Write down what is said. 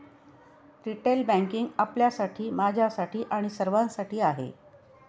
retail banking आपल्यासाठी, माझ्यासाठी आणि सर्वांसाठी आहे